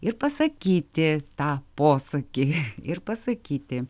ir pasakyti tą posakį ir pasakyti